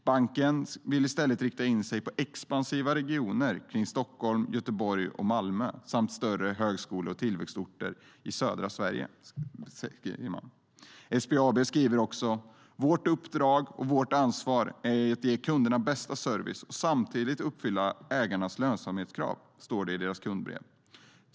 Banken vill i stället inrikta sig på expansiva regioner kring Stockholm, Göteborg och Malmö samt större högskole och tillväxtorter samt södra Sverige, skriver man. SBAB skriver också: "Vårt uppdrag och vårt ansvar är att ge kunderna bästa service och samtidigt uppfylla ägarens lönsamhetskrav."